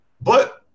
But-